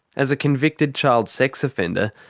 as a convicted child sex offender,